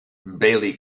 baillie